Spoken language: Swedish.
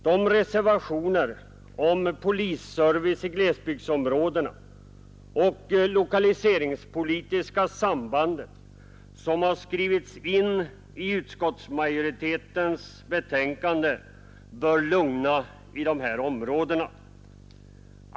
De reservationer om polisservice i glesbygdsområdena och det lokaliseringspolitiska sambandet som skrivits in i utskottsmajoritetens betänkande bör lugna i de områdena.